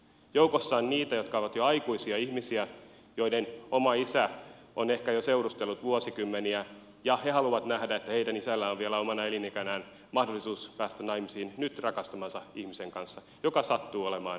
joukossa on niitä jotka ovat jo aikuisia ihmisiä joiden oma isä on ehkä seurustellut jo vuosikymmeniä ja he haluavat nähdä että heidän isällään on vielä omana elinaikanaan mahdollisuus päästä naimisiin nyt rakastamansa ihmisen kanssa joka sattuu olemaan samaa sukupuolta